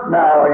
now